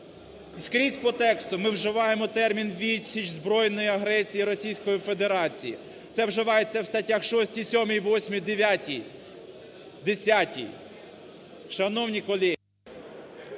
Скрізь по тексту ми вживаємо термін відсіч збройної агресії Російської Федерації. Це вживається в статтях: 6-ій, 7-ій, 8-ій, 9-ій, 10-ій. Шановні колеги…